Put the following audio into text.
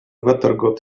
wettergott